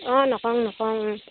অঁ নকওঁ নকওঁ